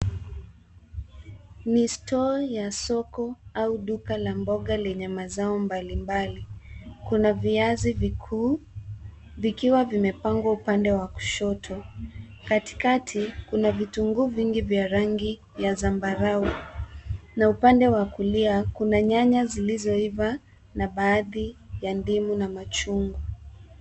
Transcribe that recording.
Ni store ya soko au duka la mboga yenye mazao mbalimbali kuna viazi vikuu vikiwa vimepangwa upande wa kushoto, katikati kuna vitunguu vingi vya rangi ya zambarau ,na upande wa kulia kuna nyanya zilizoiva na baadhi ya ndimu na machungwa.